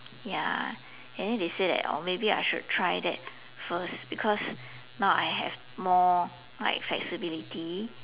ya and then they say that oh maybe I should try that first because now I have more like flexibility